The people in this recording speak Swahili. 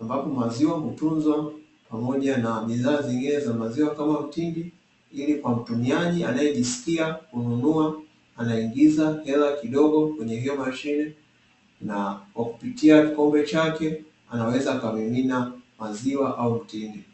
ambapo maziwa hutunzwa pamoja na bidhaa zingine za maziwa kama mtindi ili kwa mtumiaji anayejisikia kununua, anaingiza hela kidogo kwenye hiyo mashine na kwa kupitia kikombe chake anaweza akamimina maziwa au mtindi.